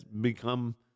become